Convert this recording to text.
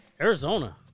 Arizona